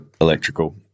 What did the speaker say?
Electrical